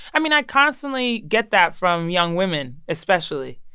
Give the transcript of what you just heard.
i mean, i constantly get that from young women, especially,